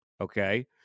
okay